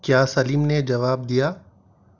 کیا سلیم نے جواب دیا